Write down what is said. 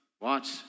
watch